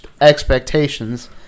expectations